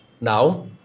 now